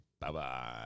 Bye-bye